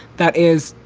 that is,